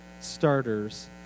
starters